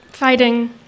fighting